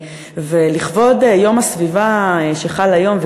ולכבוד יום הסביבה שחל היום,